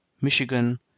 Michigan